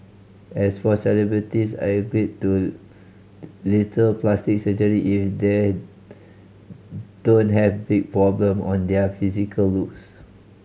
as for celebrities I agree to little plastic surgery if their don't have big problem on their physical looks